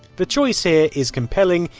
the choice here is compelling,